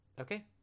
Okay